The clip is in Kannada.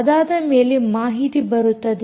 ಅದಾದಮೇಲೆ ಮಾಹಿತಿ ಬರುತ್ತದೆ